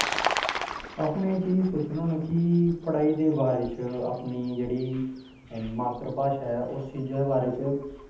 आहो में एह् चीज़ सोचना होन्ना कि पढ़ाई दे बारे च अपनी जेह्ड़ी मात्तर भाशा ऐ उस चीज़ दे बारे च